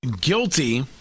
guilty